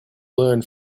learned